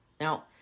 Now